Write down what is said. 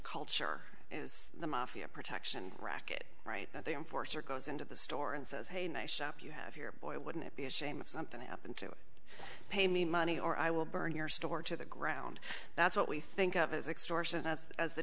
culture is the mafia protection racket right there in force or goes into the store and says hey nice shop you have your boy wouldn't it be a shame if something happened to pay me money or i will burn your store to the ground that's what we think of as extortion and as the